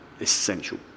essential